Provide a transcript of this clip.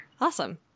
Awesome